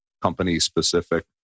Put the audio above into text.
company-specific